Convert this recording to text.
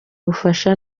bufasha